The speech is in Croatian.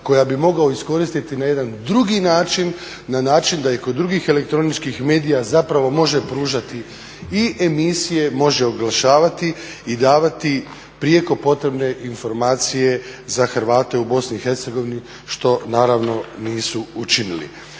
koja bi mogao iskoristiti na jedan drugi način, na način da i kod drugih elektroničkih medija zapravo može pružati i emisije, može oglašavati i davati prijeko potrebne informacije za Hrvate u BiH što naravno nisu učinili.